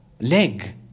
leg